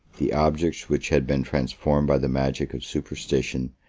the objects which had been transformed by the magic of superstition,